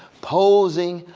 posing,